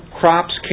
crops